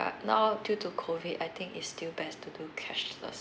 ya now due to COVID I think is still best to do cashless